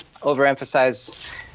overemphasize